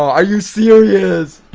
are you serious?